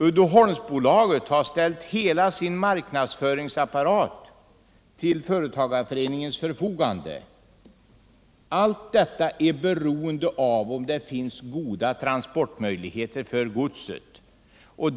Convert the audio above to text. Uddeholmsbolaget har ställt hela sin marknadsföringsapparat till företagarföreningens förfogande. Allt detta är beroende av om det finns goda transportmöjligheter när det gäller godset.